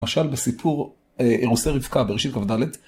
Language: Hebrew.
למשל, בסיפור אירוסי רבקה בראשית כ"ד